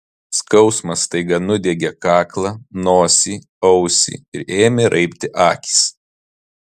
skausmas staiga nudiegė kaklą nosį ausį ir ėmė raibti akys